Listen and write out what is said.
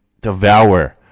devour